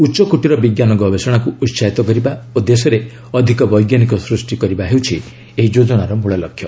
ଉଚ୍ଚକୋଟୀ ର ବିଜ୍ଞାନ ଗବେଷଣାକୁ ଉସାହିତ କରିବା ଓ ଦେଶରେ ଅଧିକ ବୈଜ୍ଞାନିକ ସୃଷ୍ଟି କରିବା ହେଉଛି ଏହି ଯୋଜନାର ମୂଳଲକ୍ଷ୍ୟ